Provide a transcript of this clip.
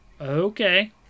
Okay